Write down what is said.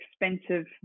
expensive